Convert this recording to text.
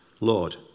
Lord